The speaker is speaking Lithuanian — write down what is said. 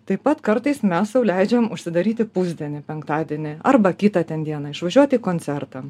taip pat kartais mes sau leidžiam užsidaryti pusdienį penktadienį arba kitą ten dieną išvažiuoti į koncertą